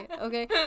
okay